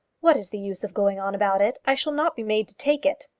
what is the use of going on about it? i shall not be made to take it.